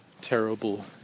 terrible